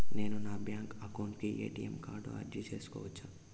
నేను నా bank account కు ఎ.టి.ఎం కార్డు అర్జీ సేసుకోవచ్చా?